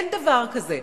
אין דבר כזה.